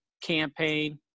campaign